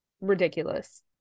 ridiculous